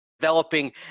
developing